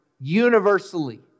universally